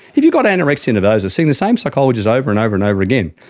if you've got anorexia nervosa, seeing the same psychologist over and over and over again,